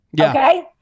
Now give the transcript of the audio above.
Okay